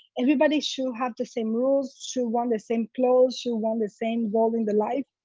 everybody should have the same rules, should want the same clothes, should want the same goal in the life.